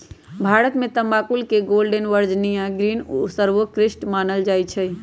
भारत में तमाकुल के गोल्डन वर्जिनियां ग्रीन सर्वोत्कृष्ट मानल जाइ छइ